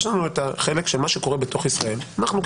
יש לנו את החלק של מה שקורה בישראל אנחנו,